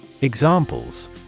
Examples